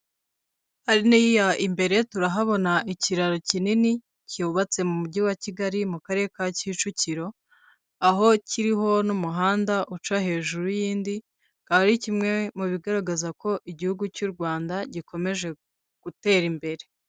Hariya imbere turahabona ikiraro kinini cyubatse mu mujyi wa Kigali mu karere ka Kicukiro aho kiriho n'umuhanda uca hejuru y'indi akaba ari kimwe mu bigaragaza ko igihugu cy'u Rwanda gikomeje gutera imbere.